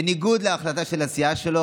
בניגוד להחלטה של הסיעה שלו,